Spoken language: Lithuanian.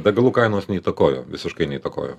degalų kainos neįtakojo visiškai neįtakojo